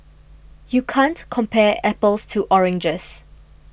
you can't compare apples to oranges